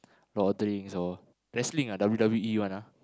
Lord of the Rings or wrestling ah W_W_E one ah